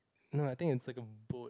no I think it's like a boat